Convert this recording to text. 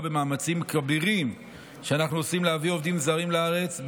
במאמצים כבירים שאנחנו עושים להביא עובדים זרים לארץ,